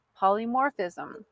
polymorphism